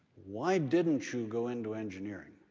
why didn't you go into engineering,